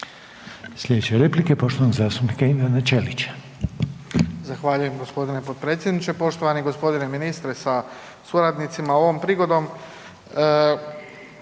Slijedeća je replika poštovanog zastupnika Ivana Ćelića.